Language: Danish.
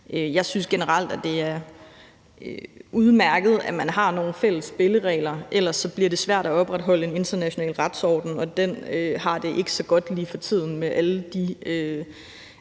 Jeg synes generelt, at det er udmærket, at man har nogle fælles spilleregler, for ellers bliver det svært at opretholde en international retsorden, og den har det ikke så godt lige for tiden med alle de